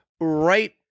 Right